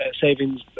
savings